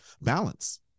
balance